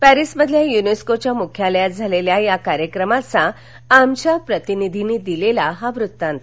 Paris मधिल युनेस्कोच्या मुख्यालयात झालेल्या या कार्यक्रमाचा आमच्या प्रतिनिधीनं दिलेला हा वृत्तांत